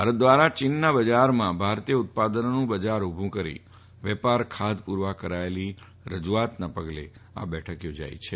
ભારત દ્વારા ચીનના બજારમાં ભારતીય ઉત્પાદનોનું બજાર ઉભું કરી વેપાર ખાધ પૂરવા કરાયેલી રજુઆતના પગલે આ બેઠક યોજાઈ છે